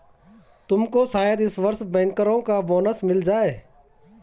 तुमको शायद इस वर्ष बैंकरों का बोनस मिल जाए